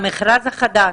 המכרז החדש,